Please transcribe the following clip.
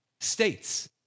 states